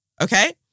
Okay